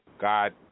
God